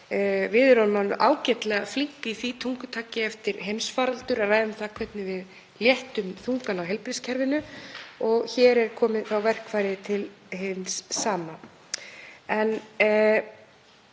Við erum orðin ágætlega flink í því tungutaki eftir heimsfaraldur að ræða um hvernig við léttum þunganum af heilbrigðiskerfinu og hér er komið efni til hins sama.